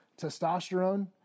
Testosterone